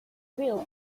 real